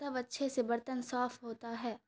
تب اچھے سے برتن صاف ہوتا ہے